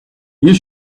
you